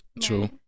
True